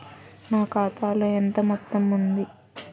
నా ఖాతాలో ఎంత మొత్తం ఉంది?